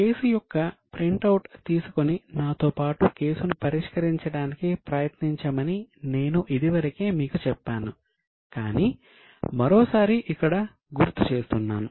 case యొక్క print out తీసుకుని నాతో పాటు కేసును పరిష్కరించడానికి ప్రయత్నించమని నేను ఇదివరకే మీకు చెప్పాను కానీ మరోసారి ఇక్కడ గుర్తు చేస్తున్నాను